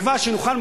בתקווה שנוכל,